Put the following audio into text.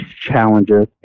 challenges